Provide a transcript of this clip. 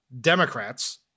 Democrats